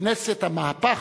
כנסת המהפך,